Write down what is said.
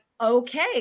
Okay